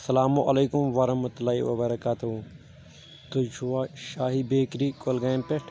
السلام علیکم ورحمۃ اللہ وبرکاتہُ تُہۍ چھِوا شاہی بیکری کۄلگامہِ پٮ۪ٹھ